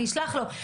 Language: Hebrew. אני אשלח לו,